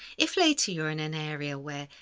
if later you're in an area where,